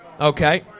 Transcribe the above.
Okay